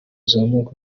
uzamuka